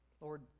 Lord